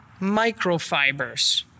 microfibers